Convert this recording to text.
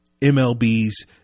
MLB's